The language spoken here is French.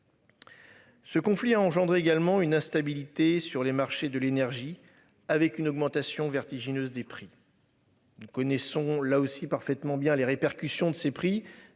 Ce conflit a engendré également une instabilité sur les marchés de l'énergie avec une augmentation vertigineuse des prix. Nous connaissons là aussi parfaitement bien les répercussions de ces prix